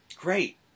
great